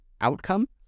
outcome